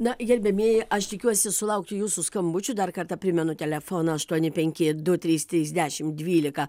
na gerbiamieji aš tikiuosi sulaukti jūsų skambučių dar kartą primenu telefoną aštuoni penki du trys trys dešim dvylika